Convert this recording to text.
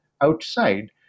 outside